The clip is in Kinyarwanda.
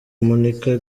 monika